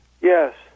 Yes